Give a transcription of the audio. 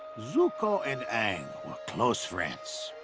zuko and aang were close friends.